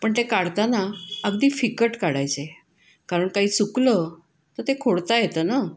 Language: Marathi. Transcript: पण ते काढताना अगदी फिकट काढायचे कारण काही चुकलं तर ते खोडता येतं ना